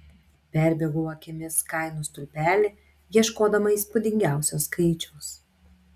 perbėgau akimis kainų stulpelį ieškodama įspūdingiausio skaičiaus